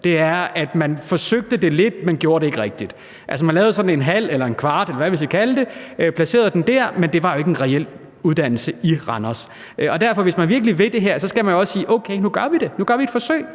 Man forsøgte det lidt, men gjorde det ikke rigtigt. Man lavede sådan en halv eller en kvart, eller hvad vi skal kalde det, og placerede den der, men det var jo ikke en reel uddannelse i Randers. Hvis man virkelig vil det her, skal man jo også sige, at okay, nu gør vi det. Nu gør vi et forsøg.